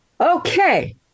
Okay